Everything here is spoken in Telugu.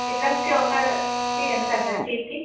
స్టిక్కర్స్కి ఒకటి ఎంత సార్ షీట్కి